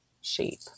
shape